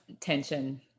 tension